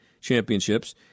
championships